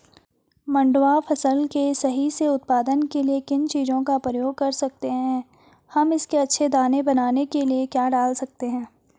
मंडुवा फसल के सही से उत्पादन के लिए किन चीज़ों का प्रयोग कर सकते हैं हम इसके अच्छे दाने बनाने के लिए क्या डाल सकते हैं?